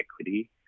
equity